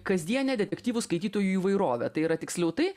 kasdienę detektyvų skaitytojų įvairovę tai yra tiksliau tai